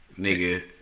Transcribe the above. nigga